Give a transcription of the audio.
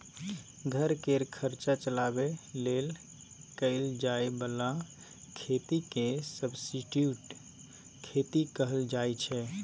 घर केर खर्चा चलाबे लेल कएल जाए बला खेती केँ सब्सटीट्युट खेती कहल जाइ छै